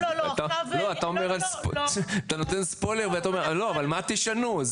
אתה נותן ספוילר אבל מה תשנו?